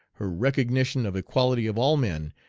her recognition of equality of all men,